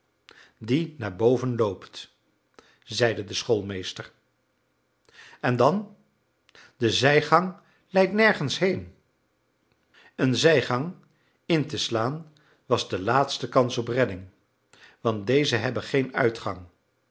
die naar boven loopt zeide de schoolmeester en dan de zijgang leidt nergens heen een zijgang in te slaan was de laatste kans op redding want dezen hebben geen uitgang